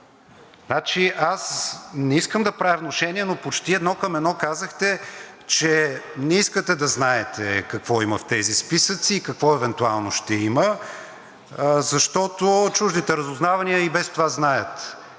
Чолаков, не искам да правя внушение, но почти едно към едно казахте, че не искате да знаете какво има в тези списъци и какво евентуално ще има, защото чуждите разузнавания и без това знаят.